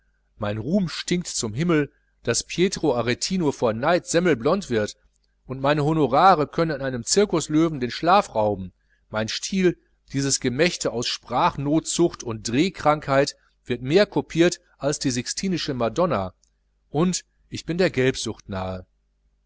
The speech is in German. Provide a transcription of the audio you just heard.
mein ruhm stinkt zum himmel daß pietro arretino vor neid semmelblond wird meine honorare könnten einem cirkusklown den schlaf rauben mein stil dieses gemachte aus sprachnotzucht und drehkrankheit wird mehr kopiert als die sixtinische madonna und ich bin der gelbsucht nahe